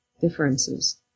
differences